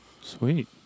Sweet